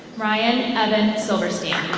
ryan evan silversteen.